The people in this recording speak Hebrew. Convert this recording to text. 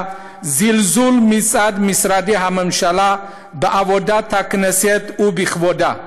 זלזול מצד משרדי הממשלה בעבודת הכנסת ובכבודה.